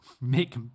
make